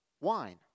wine